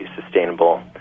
sustainable